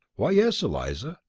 why, yes, eliza.